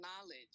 knowledge